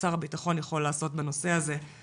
שר הביטחון יכול לעשות בנושא הזה,